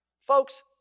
Folks